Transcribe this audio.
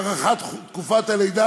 "הארכת תקופת הלידה,